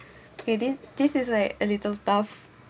okay this this is like a little tough